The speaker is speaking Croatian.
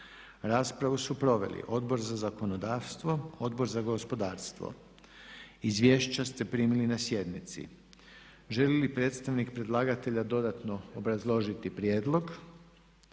Raspravu su proveli Odbor za zakonodavstvo, Odbor za gospodarstvo. Izvješća ste primili na sjednici. Želi li predstavnik predlagatelja dodatno obrazložiti prijedlog?